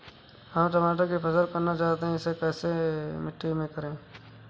हम टमाटर की फसल करना चाहते हैं इसे कैसी मिट्टी में करें?